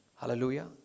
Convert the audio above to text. hallelujah